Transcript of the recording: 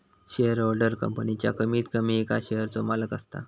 shareholder कंपनीच्या कमीत कमी एका शेयरचो मालक असता